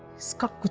stop